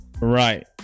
Right